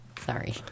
Sorry